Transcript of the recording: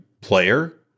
player